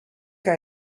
que